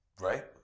Right